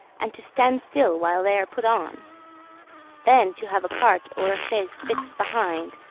and to stand still while they are put on then to have a cart or a chaise fixed behind,